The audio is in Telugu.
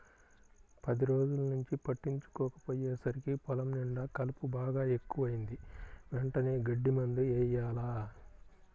పది రోజుల్నుంచి పట్టించుకోకపొయ్యేసరికి పొలం నిండా కలుపు బాగా ఎక్కువైంది, వెంటనే గడ్డి మందు యెయ్యాల